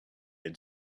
had